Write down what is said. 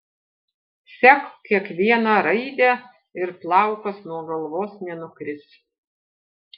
sek kiekvieną raidę ir plaukas nuo galvos nenukris